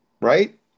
Right